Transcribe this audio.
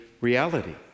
reality